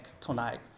tonight